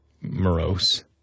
morose